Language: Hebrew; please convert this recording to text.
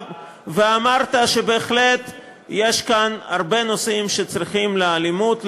ואמרת שבהחלט יש כאן הרבה נושאים שצריכים להלימות,